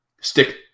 stick